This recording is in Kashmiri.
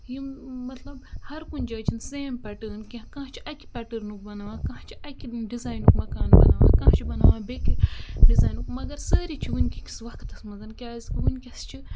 یِم مطلب ہر کُنہِ جایہِ چھِنہٕ سیم پیٹٲرٕن کینٛہہ کانٛہہ چھُ اَکہِ پیٹٲرنُک بَناوان کانٛہہ چھِ اَکہِ ڈِزاینُک مَکان بَناوان کانٛہہ چھِ بَناوان بیٚکہِ ڈِزاینُک مَگَر سٲری چھِ وٕنۍکِکِس وقتَس منٛز کیازکہِ وٕنۍکٮ۪س چھِ